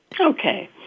Okay